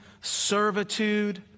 servitude